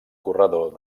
corredor